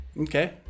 Okay